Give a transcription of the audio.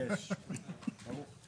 בוקר טוב,